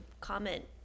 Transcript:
comment